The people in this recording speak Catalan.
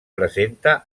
presenta